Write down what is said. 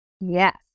Yes